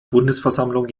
bundesversammlung